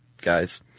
guys